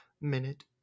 minute